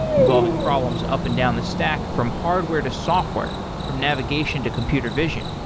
involving problems up and down the stack from hardware to software, from navigation to computer vision.